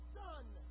done